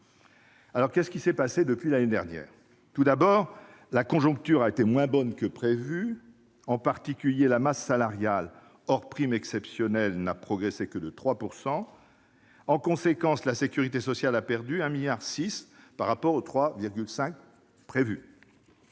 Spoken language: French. Alors, que s'est-il passé depuis l'année dernière ? Tout d'abord, la conjoncture a été moins bonne que prévu ; en particulier, la masse salariale hors primes exceptionnelles n'a progressé que de 3 %. En conséquence, la sécurité sociale a perdu 1,6 milliard d'euros par rapport à la prévision